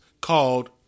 called